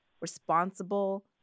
responsible